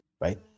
right